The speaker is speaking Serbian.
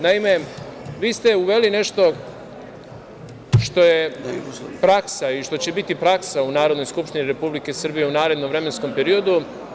Naime, vi ste uveli nešto što je praksa i što će biti praksa u Narodnoj skupštini Republike Srbije u narednom periodu.